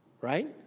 Right